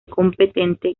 competente